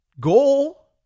goal